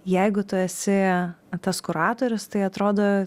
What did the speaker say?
jeigu tu esi tas kuratorius tai atrodo